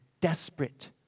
desperate